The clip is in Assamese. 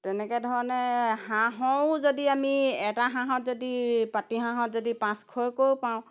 তেনেকৈ ধৰণে হাঁহৰো যদি আমি এটা হাঁহত যদি পাতি হাঁহত যদি পাঁচশকৈও পাওঁ